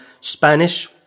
spanish